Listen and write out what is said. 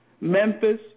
Memphis